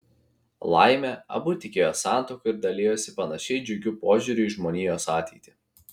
laimė abu tikėjo santuoka ir dalijosi panašiai džiugiu požiūriu į žmonijos ateitį